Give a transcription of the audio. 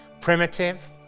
Primitive